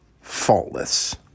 faultless